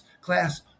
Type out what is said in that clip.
class